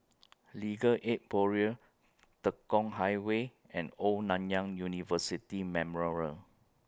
Legal Aid Bureau Tekong Highway and Old Nanyang University Memorial